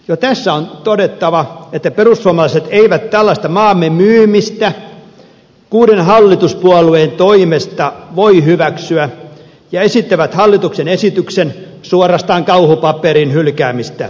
jo tässä on todettava että perussuomalaiset eivät tällaista maamme myymistä kuuden hallituspuolueen toimesta voi hyväksyä ja esittävät hallituksen esityksen suorastaan kauhupaperin hylkäämistä